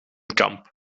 kamp